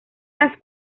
las